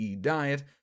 diet